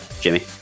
Jimmy